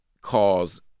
cause